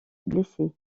blessés